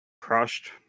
Crushed